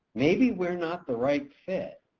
maybe we're not the right fit.